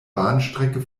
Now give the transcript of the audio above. bahnstrecke